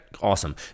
awesome